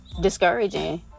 discouraging